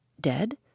Dead